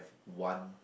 one